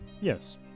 Yes